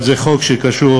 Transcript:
אבל זה חוק שקשור